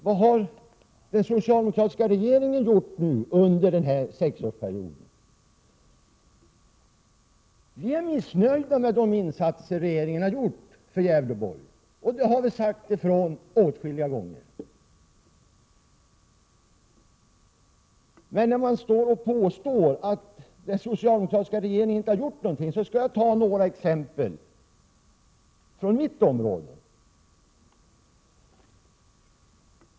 Vad har den socialdemokratiska regeringen gjort under den här sexårsperioden? Visst är vi missnöjda med de insatser som regeringen har gjort för Gävleborg — vi har sagt ifrån åtskilliga gånger. Men när ni nu påstår att den socialdemokratiska regeringen inte har gjort någonting, skall jag ta några exempel från mitt område.